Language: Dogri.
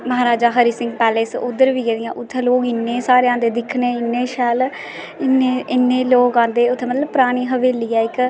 म्हाराजा हरि सिंह पैलेस उद्दर बी गेदी आं उद्धर लोक इन्ने जादै सारे आंदे उनेंगी दिक्खनै ई शैल उत्थें इन्ने लोग आंदे मतलब परानी हवेली ऐ उत्थें इक्क